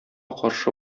каршы